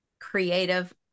creative